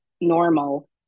normal